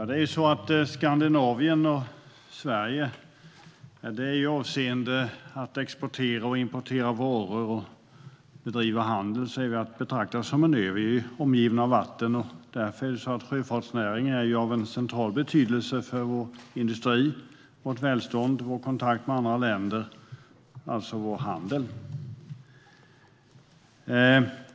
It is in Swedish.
Herr talman! Skandinavien och Sverige är med avseende på att exportera och importera varor och med avseende på att bedriva handel att betrakta som en ö. Vi är omgivna av vatten, och därför är sjöfartsnäringen av central betydelse för vår industri, vårt välstånd och vår kontakt med andra länder - alltså vår handel.